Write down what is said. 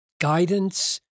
guidance